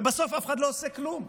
ובסוף אף אחד לא עושה כלום.